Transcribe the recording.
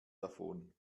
davon